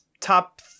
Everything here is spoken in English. top